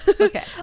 Okay